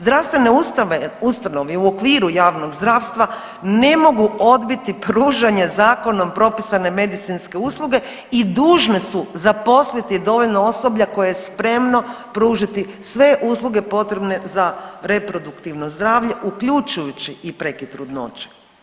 Zdravstvene ustanove u okviru javnog zdravstva ne mogu odbiti pružanje zakonom propisane medicinske usluge i dužne su zaposliti dovoljno osoblja koje je spremno pružiti sve usluge potrebne za reproduktivno zdravlje, uključujući i prekid trudnoće.